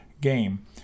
game